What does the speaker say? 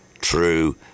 True